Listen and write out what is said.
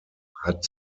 hat